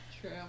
True